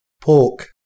Pork